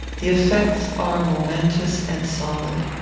the effects are momentous and solid.